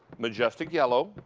majestic yellow.